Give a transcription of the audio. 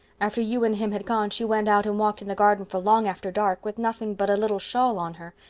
after you and him had gone she went out and walked in the garden for long after dark with nothing but a little shawl on her.